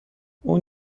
اون